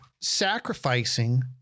sacrificing